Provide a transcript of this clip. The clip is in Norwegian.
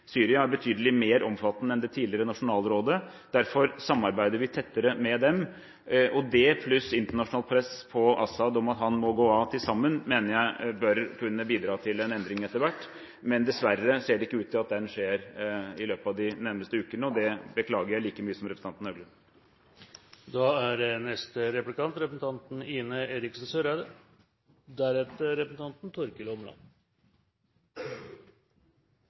Syria er betydelig mer omfattende enn det tidligere nasjonalrådet. Derfor samarbeider vi tettere med dem, og det, pluss internasjonalt press på al-Assad om at han må gå av, bør til sammen kunne bidra til en endring etter hvert. Dessverre ser det ikke ut til at den skjer i løpet av de nærmeste ukene, og det beklager jeg like mye som representanten